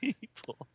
people